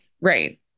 Right